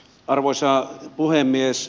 arvoisa puhemies